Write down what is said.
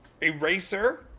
eraser